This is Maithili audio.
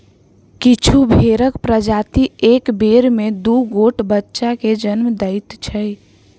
किछु भेंड़क प्रजाति एक बेर मे दू गोट बच्चा के जन्म दैत छै